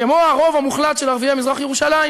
כמו הרוב המוחלט של ערביי מזרח-ירושלים.